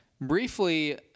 briefly